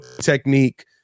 technique